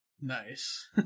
Nice